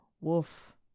woof